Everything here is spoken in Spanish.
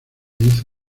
hizo